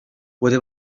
puede